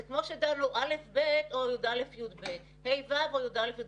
זה כמו שדנו א'-ב' או י"א-י"ב, ה'-ו' או י"א-י"ב.